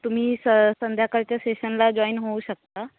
तुम्ही स संध्याकाळच्या सेशनला जॉईन होऊ शकता